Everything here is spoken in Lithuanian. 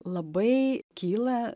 labai kyla